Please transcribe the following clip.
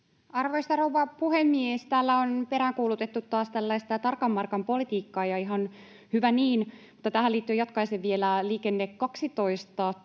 Arvoisa rouva puhemies! Täällä on peräänkuulutettu taas tällaista tarkan markan politiikkaa, ja ihan hyvä niin, mutta tähän liittyen jatkaisin vielä Liikenne 12